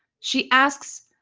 she asks,